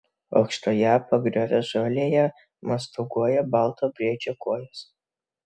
aukštoje pagriovio žolėje mostaguoja baltos briedžio kojos